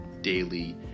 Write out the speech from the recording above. daily